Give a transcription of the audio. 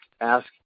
ask